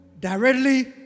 directly